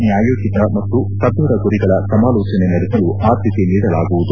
ನ್ವಾಯೋಚಿತ ಮತ್ತು ಸದೃಢ ಗುರಿಗಳ ಸಮಾಲೋಚನೆ ನಡೆಸಲು ಆದ್ಲತೆ ನೀಡಲಾಗುವುದು